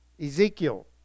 Ezekiel